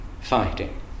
fighting